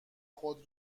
خود